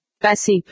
Passive